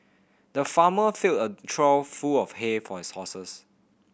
the farmer filled a trough full of hay for his horses